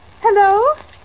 Hello